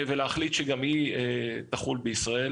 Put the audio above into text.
ולהחליט שגם היא תחול בישראל.